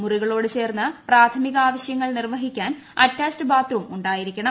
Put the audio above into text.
മുറികളോടു ചേർന്ന് പ്രാഥമികാവശ്യങ്ങൾ നിർവ്വഹിക്കാൻ അറ്റാച്ച്ഡ് ബാത്ത്റൂം ഉണ്ടായിരിക്കണം